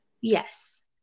Yes